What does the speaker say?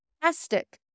fantastic